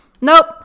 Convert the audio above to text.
Nope